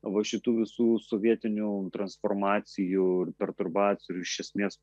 va šitų visų sovietinių transformacijų ir perturbacijų iš esmės